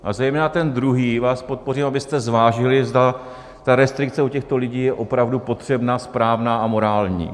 A zejména ten druhý vás poprosím, abyste zvážili, zda ta restrikce u těchto lidí je opravdu potřebná, správná a morální.